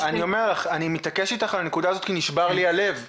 אני מתעקש איתך על הנקודה הזאת כי נשבר לי הלב.